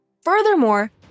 Furthermore